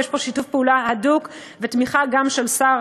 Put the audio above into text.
ויש פה שיתוף פעולה הדוק ותמיכה גם של שר